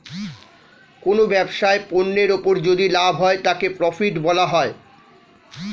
কোনো ব্যবসায় পণ্যের উপর যদি লাভ হয় তাকে প্রফিট বলা হয়